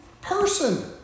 person